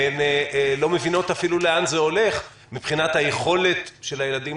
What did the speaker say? והן לא מבינות אפילו לאן זה הולך מבחינת היכולת של הילדים